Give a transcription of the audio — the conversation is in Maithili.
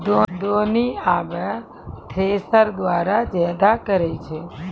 दौनी आबे थ्रेसर द्वारा जादा करै छै